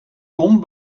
kon